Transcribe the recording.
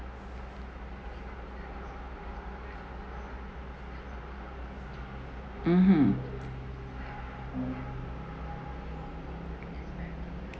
mmhmm